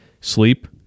sleep